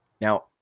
now